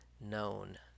known